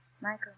Michael